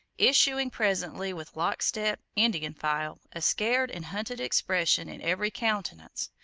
issuing presently with lock step, indian file, a scared and hunted expression in every countenance.